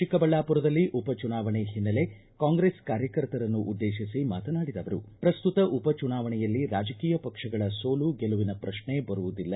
ಚಿಕ್ಕಬಳ್ಳಾಪುರದಲ್ಲಿ ಉಪ ಚುನಾವಣೆ ಹಿನ್ನೆಲೆ ಕಾಂಗ್ರೆಸ್ ಕಾರ್ಯಕರ್ತರನ್ನು ಉದ್ದೇಶಿಸಿ ಮಾತನಾಡಿದ ಅವರು ಪ್ರಸ್ತುತ ಉಪ ಚುನಾವಣೆಯಲ್ಲಿ ರಾಜಕೀಯ ಪಕ್ಷಗಳ ಸೋಲು ಗೆಲುವಿನ ಪ್ರತ್ನೆ ಬರುವುದಿಲ್ಲ